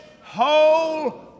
whole